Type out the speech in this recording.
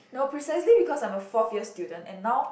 no precisely because I am a forth year student and now